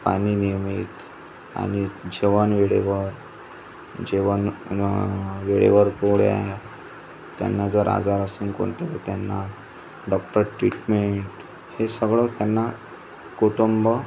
पाणी नियमित आणि जेवण वेळेवर जेवण वेळेवर पोळ्या त्यांना जर आजार असल कोणतं तर त्यांना डॉक्टर ट्रीटमेंट हे सगळं त्यांना कुटुंब